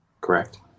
correct